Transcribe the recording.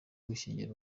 kwishyingira